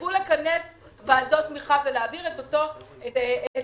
תתחייבו לכנס ועדות תמיכה ולהעביר את ה-100%